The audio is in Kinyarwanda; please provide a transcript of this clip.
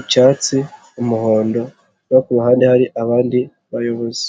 icyatsi, umuhondo, no ku ruhande hari abandi bayobozi.